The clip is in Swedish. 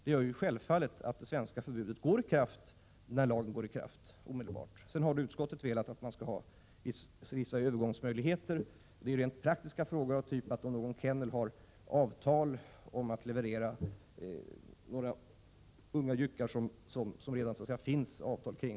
Detta gör självfallet att det svenska förbudet mot svanskupering omedelbart träder i kraft när lagen träder i kraft. Utskottet har velat ha vissa övergångsbestämmelser. Det gäller rent praktiska frågor av typen att någon kennel kan ha åtagande att leverera några unga hundar som det redan finns avtal om.